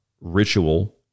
ritual